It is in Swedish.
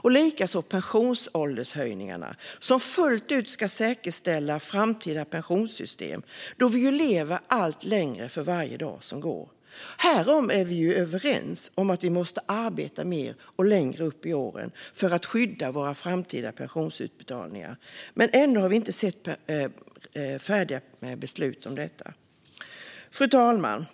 Detsamma gäller pensionsåldershöjningarna, som fullt ut ska säkerställa framtida pensionssystem. Vi lever ju allt längre för varje dag som går. Vi är överens om att vi måste arbeta mer och längre upp i åren för att skydda våra framtida pensionsutbetalningar, men än har vi inte sett några färdiga beslut om detta. Fru talman!